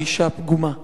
או אשה פגומה.